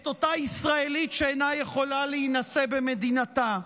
את אותה ישראלית שאינה יכולה להינשא במדינתה,